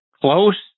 close